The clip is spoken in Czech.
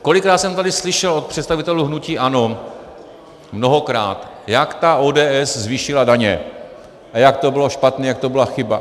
Kolikrát jsem tady slyšel od představitelů hnutí ANO, mnohokrát, jak ta ODS zvýšila daně a jak to bylo špatně a jak to byla chyba.